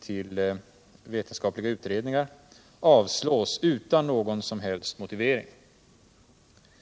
till vetenskapliga utredningar avslås utan någon som helst motivering.